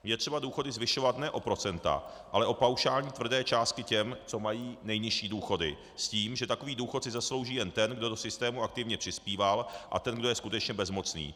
Je třeba důchody zvyšovat ne o procenta, ale o paušální tvrdé částky těm, co mají nejnižší důchody, s tím, že takový důchod si zaslouží jen ten, kdo do systému aktivně přispíval, a ten, kdo je skutečně bezmocný.